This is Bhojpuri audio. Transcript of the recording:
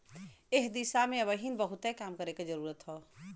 एह दिशा में अबहिन बहुते काम करे के जरुरत हौ